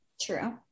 True